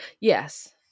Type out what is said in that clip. yes